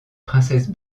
princesse